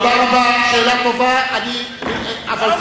למה רק ליהודים?